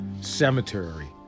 cemetery